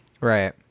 Right